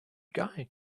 guy